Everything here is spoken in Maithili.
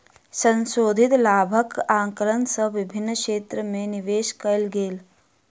संशोधित लाभक आंकलन सँ विभिन्न क्षेत्र में निवेश कयल गेल